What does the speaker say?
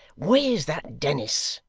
where's that dennis